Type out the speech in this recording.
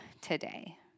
today